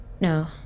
No